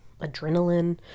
adrenaline